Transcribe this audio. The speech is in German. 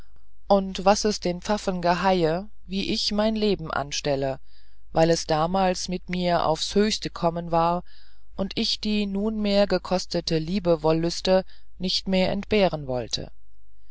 und was es den pfaffen geheie wie ich mein leben anstelle weil es damals mit mir aufs höchste kommen war und ich die nunmehr gekostete liebewollüste nicht mehr entbehren wollte